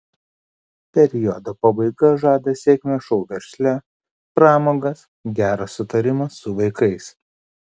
periodo pabaiga žada sėkmę šou versle pramogas gerą sutarimą su vaikais